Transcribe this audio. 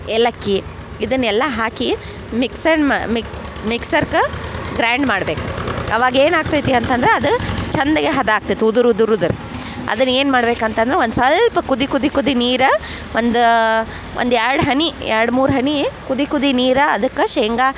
ಏಲಕ್ಕಿ ಇದನ್ನ ಎಲ್ಲ ಹಾಕಿ ಮಿಕ್ಸನ್ ಮ ಮಿಕ್ಸರ್ಕ ಗ್ರ್ಯಾಂಡ್ ಮಾಡ್ಬೇಕು ಅವಾಗ ಏನು ಆಗ್ತೈತಿ ಅಂತಂದ್ರ ಅದು ಚಂದಗೆ ಹದ ಆಗ್ತೈತೆ ಉದುರ ಉದುರ ಉದುರ ಅದನ್ನ ಏನು ಮಾಡ್ಬೇಕು ಅಂತಂದ್ರ ಒಂದು ಸಲ್ಪ ಕುದಿ ಕುದಿ ಕುದಿ ನೀರು ಒಂದು ಒಂದು ಎರಡು ಹನಿ ಎರಡು ಮೂರು ಹನಿ ಕುದಿ ಕುದಿ ನೀರು ಅದಕ್ಕೆ ಶೇಂಗ